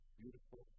beautiful